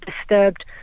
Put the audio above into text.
disturbed